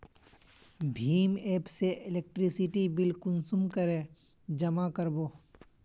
भीम app से electricity bill कुंसम करे जमा कर बो?